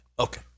Okay